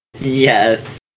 Yes